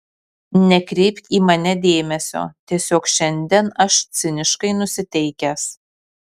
nekreipk į mane dėmesio tiesiog šiandien aš ciniškai nusiteikęs